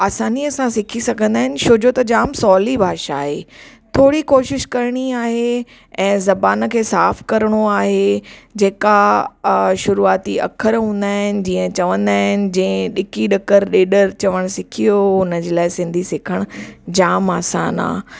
आसानीअ सां सिखी सघंदा आहिनि छो जो त ॼाम सवली भाषा आहे थोड़ी कोशिशि करिणी आहे ऐं ज़बान खे साफ करिणो आहे जेका शुरूआती अख़र हूंदा आहिनि जीअं चवंदा आहिनि जीअं ॾीकी ॾकर ॾेडर चवंण सिखी वियो हुन जे लाइ सिंधी सिखण जाम आसान आहे